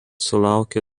sulaukė